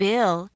Bill